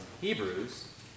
Hebrews